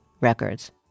Records